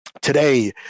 Today